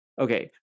Okay